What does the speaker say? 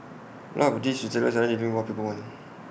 A lot of these retailers aren't delivering what people want